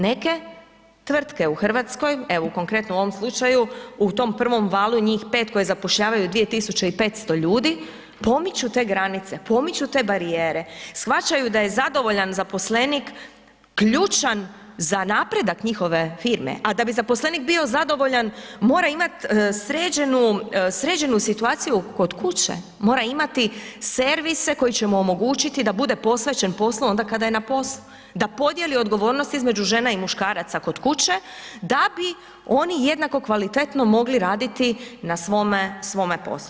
Neke tvrtke u Hrvatskoj, evo konkretno u ovom slučaju, u tom prvom valu njih 5 koje zapošljavaju 2.500 ljudi, pomiču te granice, pomiču te barijere, shvaćaju da je zadovoljan zaposlenik ključan za napredak njihove firme, a da bi zaposlenik bio zadovoljan mora imat sređenu, sređenu situaciju kod kuće, mora imati servise koji će omogućiti da bude posvećen poslu onda kada je na poslu, da podijeli odgovornost između žena i muškaraca kod kuće da bi oni jednako kvalitetno mogli raditi na svome, svome poslu.